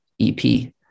EP